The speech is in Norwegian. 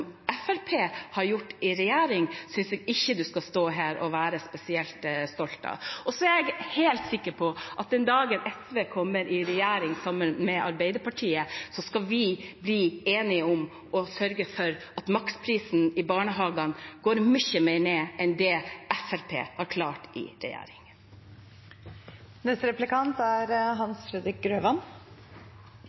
har kjørt i regjering, synes jeg ikke representanten skal stå her og være spesielt stolt av. Så er jeg helt sikker på at den dagen SV kommer i regjering sammen med Arbeiderpartiet, skal vi bli enige om å sørge for at maksprisen i barnehagene går mye mer ned enn det Fremskrittspartiet har klart i